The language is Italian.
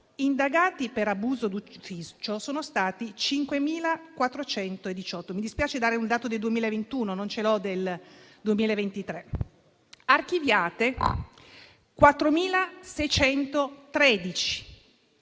indagati per abuso d'ufficio sono stati 5.418 (mi dispiace dare un dato del 2021, non ce l'ho del 2023): archiviati 4.613;